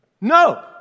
No